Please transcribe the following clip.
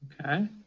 Okay